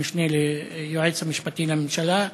המשנה ליועץ המשפטי לממשלה,